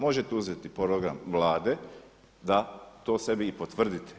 Možete uzeti program Vlade da to sebi i potvrdite.